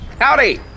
Howdy